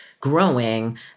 growing